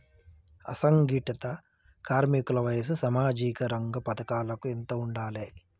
అసంఘటిత కార్మికుల వయసు సామాజిక రంగ పథకాలకు ఎంత ఉండాలే?